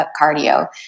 cardio